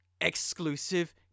exclusive